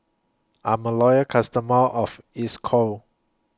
I'm A Loyal customer of Isocal